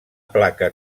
placa